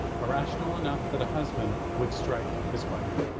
irrational enough that a husband would strike his wife.